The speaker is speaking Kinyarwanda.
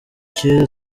cyera